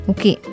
Okay